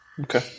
Okay